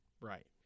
Right